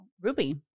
Ruby